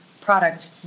product